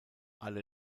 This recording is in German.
alle